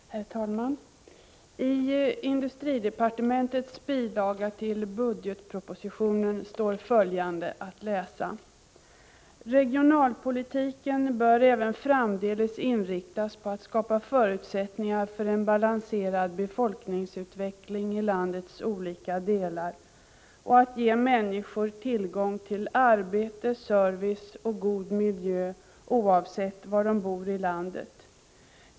Herr talman! I industridepartementets bilaga till budgetpropositionen står följande att läsa: ”Regionalpolitiken bör även framdeles inriktas på att skapa förutsättningar för en balanserad befolkningsutveckling i landets olika delar och att ge människor tillgång till arbete, service och god miljö oavsett var de bor i landet.